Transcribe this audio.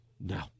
No